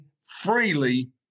freely